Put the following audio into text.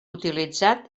utilitzat